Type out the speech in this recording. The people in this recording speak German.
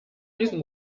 diesen